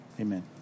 amen